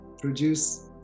produce